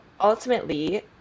ultimately